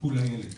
בטיפול לילד.